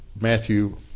Matthew